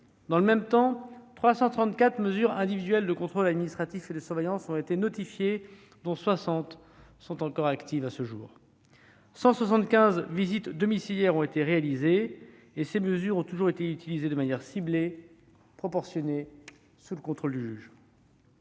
dans le même temps, 334 mesures individuelles de contrôle administratif et de surveillance ont été notifiées, dont 60 sont encore actives à ce jour ; 175 visites domiciliaires ont été réalisées. Ces mesures ont toujours été utilisées de manière ciblée et proportionnée, sous le contrôle du juge.